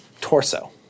torso